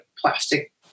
plastic